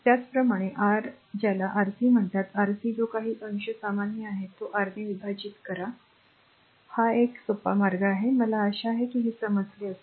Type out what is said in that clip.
त्याचप्रमाणे r ज्याला Rc म्हणतात Rc जो काही अंश सामान्य आहे तो R ने विभाजित करा हा एक सोपा मार्ग आहे मला आशा आहे की हे समजले असेल